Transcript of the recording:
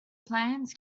planes